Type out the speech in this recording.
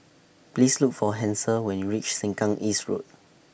Please Look For Hansel when YOU REACH Sengkang East Road